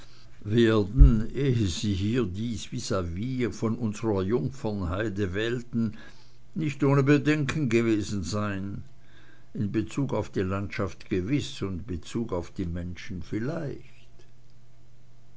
werden ehe sie hier dies visavis von unsrer jungfernheide wählten nicht ohne bedenken gewesen sein in bezug auf die landschaft gewiß und in bezug auf die menschen vielleicht